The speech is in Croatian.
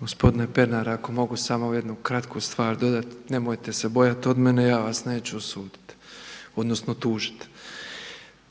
Gospodine Pernar ako mogu kratku stvar dodati, nemojte se bojati od mene, ja vas neću osuditi, odnosno tužiti.